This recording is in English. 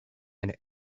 and